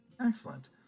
Excellent